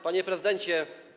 Panie Prezydencie!